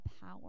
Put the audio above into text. power